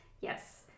Yes